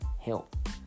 help